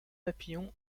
papillon